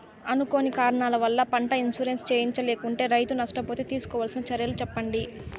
అనుకోని కారణాల వల్ల, పంట ఇన్సూరెన్సు చేయించలేకుంటే, రైతు నష్ట పోతే తీసుకోవాల్సిన చర్యలు సెప్పండి?